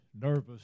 nervous